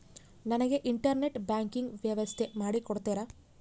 ನನಗೆ internet banking ವ್ಯವಸ್ಥೆ ಮಾಡಿ ಕೊಡ್ತೇರಾ?